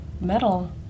metal